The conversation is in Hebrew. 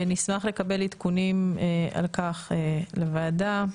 ונשמח לקבל עדכונים על כך לוועדה.